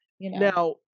Now